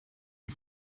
und